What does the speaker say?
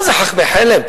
מה זה, חכמי חלם?